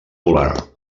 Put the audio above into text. polar